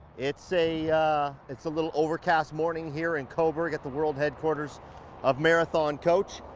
it's a it's a little overcast morning here in coburg at the world headquarters of marathon coach.